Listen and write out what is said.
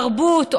תרבות,